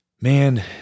Man